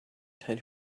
tied